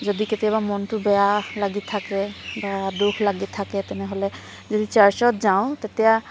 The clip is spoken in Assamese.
যদি কেতিয়াবা মনটো বেয়া লাগি থাকে বা দুখ লাগি থাকে তেনেহ'লে যদি চাৰ্ছত যাওঁ তেতিয়া